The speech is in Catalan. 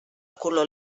color